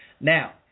Now